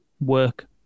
work